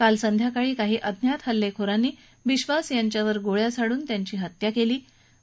काल संध्याकाळी काही अज्ञात हल्लेखोरांनी बिधास यांच्यावर गोळ्या झाडून त्यांची हत्या केली होती